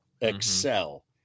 excel